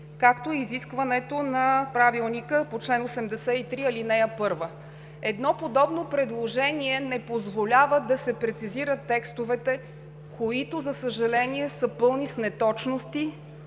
както е изискването на Правилника по чл. 83, ал. 1. Едно подобно предложение не позволява да се прецизират текстовете, които, за съжаление, са пълни с неточности,